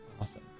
Awesome